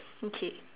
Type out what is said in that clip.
okay